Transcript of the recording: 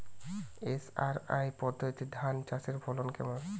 SRI পদ্ধতিতে ধান চাষের ফলন কেমন?